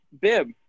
bib